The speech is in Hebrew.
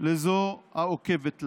לזו העוקבת לה.